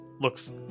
looks